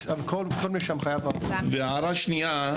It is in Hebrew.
הערה שנייה,